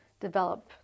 develop